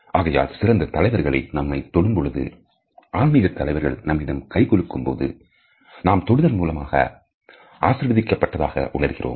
ஆகையால் சிறந்த தலைவர்கள் நம்மை தொடும் பொழுதோ ஆன்மீக தலைவர்கள் நம்மிடம் கை குலுக்கும் போது நாம் தொடுதல் மூலமாக ஆசீர்வதிக்கப் பட்டதாக உணர்கிறோம்